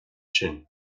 sin